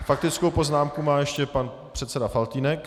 Faktickou poznámku má ještě pan předseda Faltýnek.